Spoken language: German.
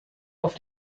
auf